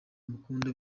amukunda